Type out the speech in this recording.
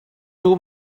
two